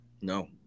No